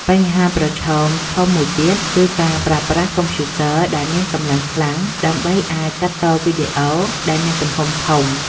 បញ្ហាប្រឈមដ៏ធំមួយទៀតគឺការប្រើប្រាស់កុំព្យូទ័រដែលមានកម្លាំងខ្លាំង ដើម្បីអាចកាត់តវីដេអូដែលមានទំហំធំ។